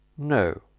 No